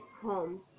home